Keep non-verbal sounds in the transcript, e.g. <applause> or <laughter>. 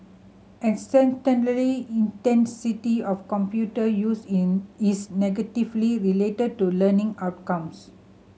<unintelligible> intensity of computer use in is negatively related to learning outcomes